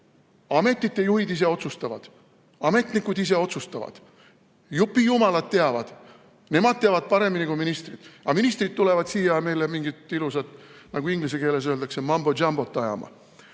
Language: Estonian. Ametite juhid ise otsustavad, ametnikud ise otsustavad, jupijumalad teavad – nemad teavad paremini kui ministrid. Aga ministrid tulevad siia meile mingit ilusat, nagu inglise keeles öeldakse, mumbo jumbo't ajama.